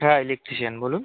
হ্যাঁ ইলেকট্রিশিয়ান বলুন